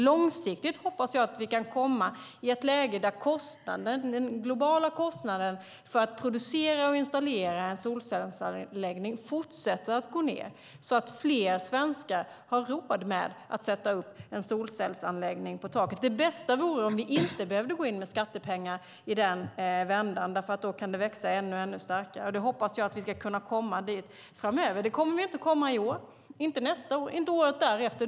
Långsiktigt hoppas jag att vi kan komma i ett läge där den globala kostnaden för att producera och installera en solcellsanläggning fortsätter att gå ned, så att fler svenskar har råd att sätta upp en solcellsanläggning. Det bästa vore om vi inte behövde gå in med skattepengar i den vändan, för då kan det växa sig ännu starkare. Jag hoppas att vi ska kunna komma dit framöver. Men det kommer inte att ske i år, nästa år eller året därefter.